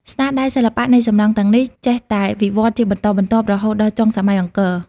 ស្នាដៃសិល្បៈនៃសំណង់ទាំងនេះ ចេះតែវិវត្តជាបន្តបន្ទាប់រហូតដល់ចុងសម័យអង្គរ ។